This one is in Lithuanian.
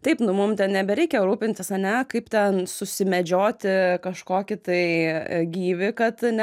taip nu mum ten nebereikia rūpintis ane kaip ten susimedžioti kažkokį tai gyvį kad